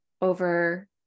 over